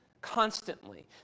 Constantly